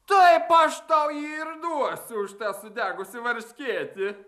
taip aš tau jį ir duosiu už tą sudegusį varškėtį